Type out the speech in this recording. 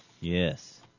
Yes